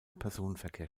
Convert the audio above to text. personenverkehr